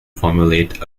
formulate